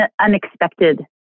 unexpected